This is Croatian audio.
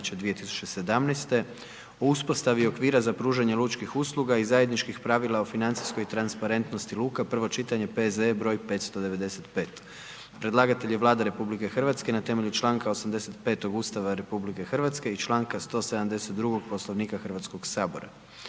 o uspostavi okvira za pružanje lučkih usluga i zajedničkih pravila o financijskoj transparentnosti luka, prvo čitanje, P.Z.E. br. 595. Predlagatelj je Vlada Republike Hrvatske na temelju članka 85. Ustava RH i čl. 172. Poslovnika Hrvatskog sabora.